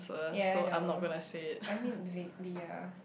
yea I know I mean weekly lah